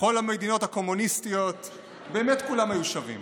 בכל המדינות הקומוניסטיות באמת כולם היו שווים,